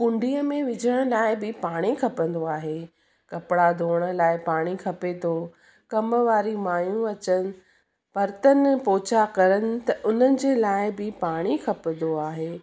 कुंडीअ में विझण लाइ बि पाणी खपंदो आहे कपिड़ा धोअण लाइ पाणी खपे थो कमवारी मायूं अचनि बर्तन पोछा करनि त उन्हनि जे लाइ बि पाणी खपंदो आहे